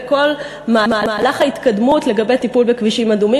כל מהלך ההתקדמות של טיפול בכבישים אדומים.